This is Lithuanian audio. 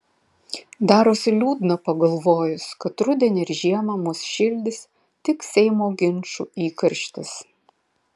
darosi liūdna pagalvojus kad rudenį ir žiemą mus šildys tik seimo ginčų įkarštis